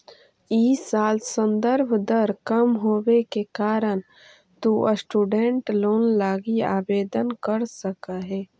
इ साल संदर्भ दर कम होवे के कारण तु स्टूडेंट लोन लगी आवेदन कर सकऽ हे